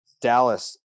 Dallas